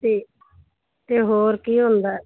ਠੀਕ ਤੇ ਹੋਰ ਕੀ ਹੁੰਦਾ ਹੈ